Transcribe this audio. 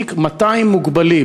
שמעסיק 200 מוגבלים.